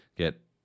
Get